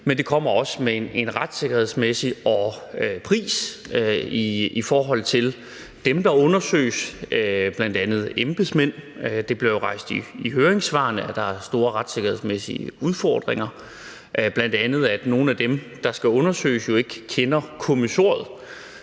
det også kommer med en retssikkerhedsmæssig pris i forhold til dem, der undersøges, bl.a. embedsmænd. Det bliver jo rejst i høringssvarene, at der er store retssikkerhedsmæssige udfordringer, bl.a. at nogle af dem, der skal undersøges, jo ikke kender kommissoriet,